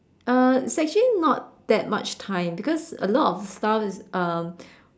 uh it's actually not that much time because a lot of stuff is um